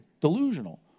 delusional